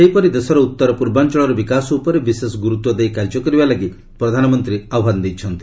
ସେହିପରି ଦେଶର ଉତ୍ତର ପୂର୍ବାଞ୍ଚଳର ବିକାଶ ଉପରେ ବିଶେଷ ଗୁରୁତ୍ୱ ଦେଇ କାର୍ଯ୍ୟ କରିବା ଲାଗି ପ୍ରଧାନମନ୍ତ୍ରୀ ଆହ୍ବାନ ଦେଇଛନ୍ତି